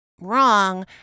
wrong